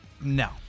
No